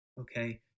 okay